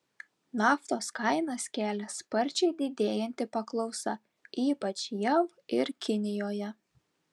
naftos kainas kelia sparčiai didėjanti paklausa ypač jav ir kinijoje